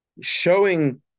showing